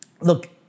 look